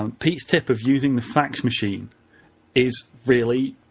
um pete's tip of using the fax machine is really,